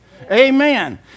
Amen